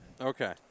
Okay